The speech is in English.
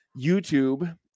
YouTube